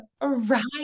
Right